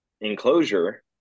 enclosure